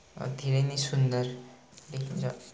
धेरै नै सुन्दर देखिन्छ